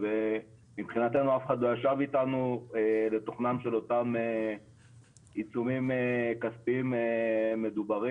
ומבחינתנו אף אחד לא ישב איתנו לתוכנם של אותם עיצומים כספיים מדוברים.